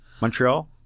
Montreal